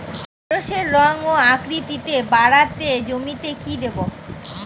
ঢেঁড়সের রং ও আকৃতিতে বাড়াতে জমিতে কি দেবো?